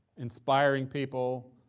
inspiring people,